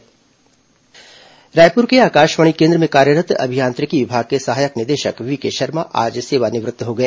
सेवानिवृत्त रायपुर के आकाशवाणी केन्द्र में कार्यरत् अभियांत्रिकी विभाग के सहायक निदेशक व्हीके शर्मा आज सेवानिवृत्त हो गए